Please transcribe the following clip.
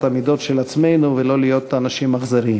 המידות של עצמנו ולא להיות אנשים אכזריים.